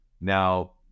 now